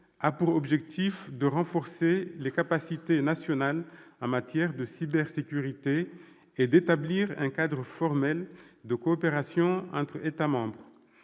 a pour objectif de renforcer les capacités nationales en matière de cybersécurité et d'établir un cadre formel de coopération entre États membres.